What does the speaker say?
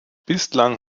bislang